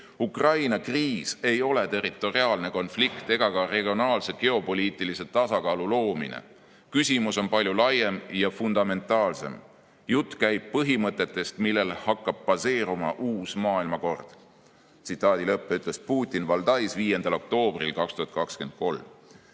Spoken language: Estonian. "Ukraina kriis ei ole territoriaalne konflikt ega ka regionaalse geopoliitilise tasakaalu loomine. Küsimus on palju laiem ja fundamentaalsem: jutt käib põhimõtetest, millel hakkab baseeruma uus maailmakord," ütles Putin Valdais 5. oktoobril 2023.Kuid